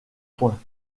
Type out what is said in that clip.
points